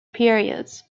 periods